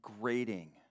grating